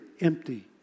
Empty